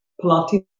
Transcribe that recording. Pilates